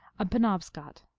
a penobscot